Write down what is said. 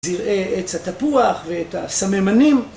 זרעי עץ התפוח ואת הסממנים